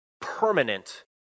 permanent